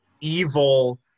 evil